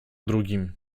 drugim